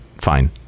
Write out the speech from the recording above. Fine